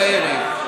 בערב.